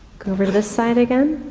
go over to this side again.